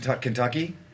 Kentucky